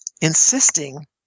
insisting